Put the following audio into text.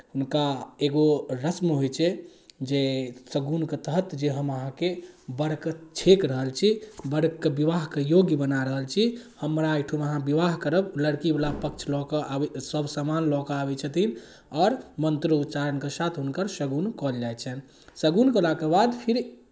हुनका एगो रस्म होइ छै जे शगुनके तहत जे हम अहाँके वरके छेकि रहल छी वरके विवाहके योग्य बना रहल छी हमरा एहिठुन अहाँ विवाह करब लड़कीवला पक्ष लऽ कऽ आबै सभसामान लऽ कऽ आबै छथिन आओर मन्त्रोच्चारणके साथ हुनकर शगुन करल जाइ छनि शगुन कयलाके बाद फेर